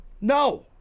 No